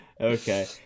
Okay